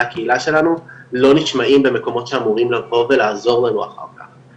הקהילה שלנו לא נשמעים במקומות שאמורים לבוא ולעזור לנו אחר כך,